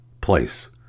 place